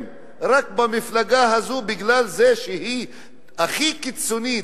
רק במפלגה הזאת בגלל שהיא הכי קיצונית,